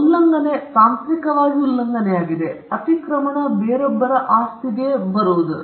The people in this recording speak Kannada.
ಉಲ್ಲಂಘನೆ ತಾಂತ್ರಿಕವಾಗಿ ಉಲ್ಲಂಘನೆಯಾಗಿದೆ ಅತಿಕ್ರಮಣ ಬೇರೊಬ್ಬರ ಆಸ್ತಿಗೆ ಬರುವುದು